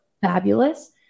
fabulous